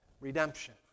redemption